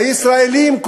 הישראלים,